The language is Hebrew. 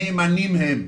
נאמנים הם.